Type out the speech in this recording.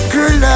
Girl